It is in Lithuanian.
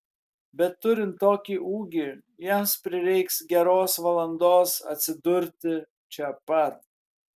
bet turint tokį ūgį jiems prireiks geros valandos atsidurti čia pat